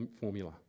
formula